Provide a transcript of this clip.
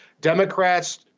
Democrats